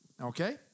Okay